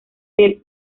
del